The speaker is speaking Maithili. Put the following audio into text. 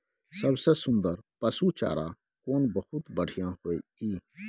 सबसे सुन्दर पसु चारा कोन बहुत बढियां होय इ?